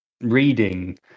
reading